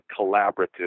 collaborative